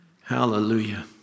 Hallelujah